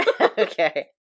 Okay